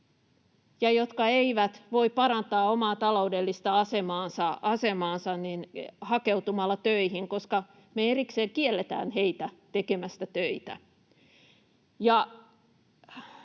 ja jotka eivät voi parantaa omaa taloudellista asemaansa hakeutumalla töihin, koska me erikseen kielletään heitä tekemästä töitä.